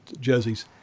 jerseys